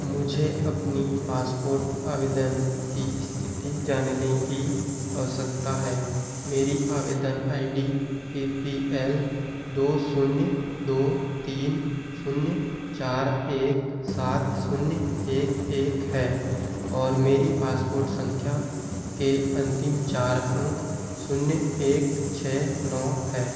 मुझे अपनी पासपोर्ट आवेदन की इस्थिति जानने की आवश्यकता है मेरी आवेदन I D A P L दो शून्य दो तीन शून्य चार एक सात शून्य एक एक है और मेरी पासपोर्ट सँख्या के अन्तिम चार अंक शून्य एक छह नौ है